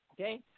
Okay